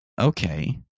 Okay